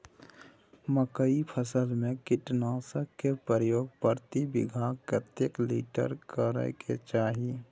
मकई फसल में कीटनासक के प्रयोग प्रति बीघा कतेक लीटर करय के चाही?